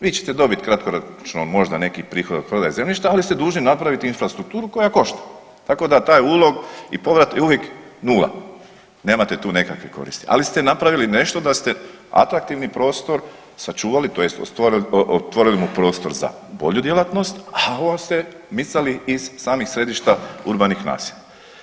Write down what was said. Vi ćete dobiti kratkoročno možda neki prihod od prodaje zemljišta, ali ste dužni napraviti infrastrukturu koja košta, tako da taj ulog i povrat je uvijek 0. Nemate tu nekakve koristi, ali ste napravili nešto da ste atraktivni prostor sačuvali tj. otvorili mu prostor za bolju djelatnost, a on se micali iz samih središta urbanih naselja.